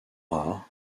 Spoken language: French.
rares